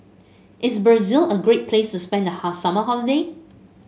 is Brazil a great place to spend the summer holiday